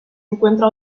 encuentra